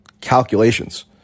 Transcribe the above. calculations